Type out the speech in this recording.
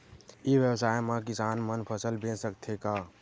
ई व्यवसाय म किसान मन फसल बेच सकथे का?